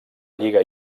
lliga